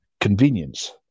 convenience